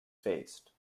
faced